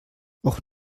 och